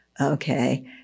okay